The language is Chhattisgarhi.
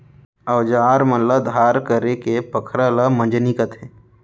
अउजार मन ल धार करेके पखरा ल मंजनी कथें